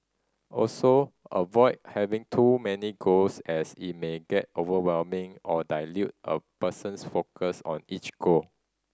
also avoid having too many goals as it may get overwhelming or dilute a person's focus on each goal